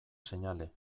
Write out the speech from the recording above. seinale